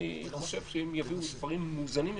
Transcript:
אני חושב שאם יביאו מספרים מאוזנים יותר,